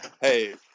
hey